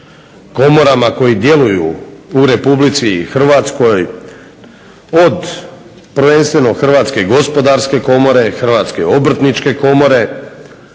komorama koje djeluju u RH od prvenstveno Hrvatske gospodarske komore, Hrvatske obrtničke komore?